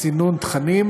סינון תכנים,